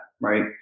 right